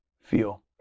feel